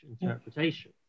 interpretation